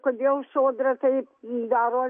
kodėl sodra tai daro